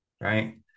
right